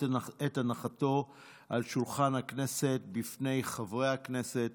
את הנחתו על שולחן הכנסת בפני חברי הכנסת.